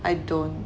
I don't